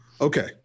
Okay